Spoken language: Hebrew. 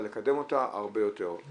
אבל לקדם אותה הרבה יותר.